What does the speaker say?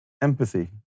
empathy